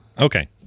Okay